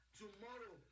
tomorrow